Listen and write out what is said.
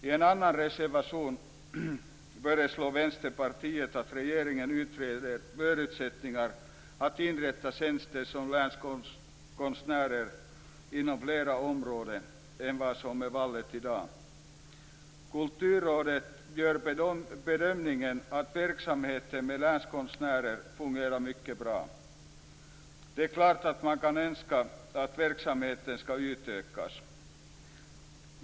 I en annan reservation föreslår Vänsterpartiet att regeringen utreder förutsättningarna för att inrätta tjänster som länskonstnärer inom flera områden än vad som är fallet i dag. Kulturrådet gör bedömningen att verksamheten med länskonstnärer fungerar mycket bra. Det är klart att man kan önska att verksamheten skall utökas.